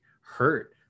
hurt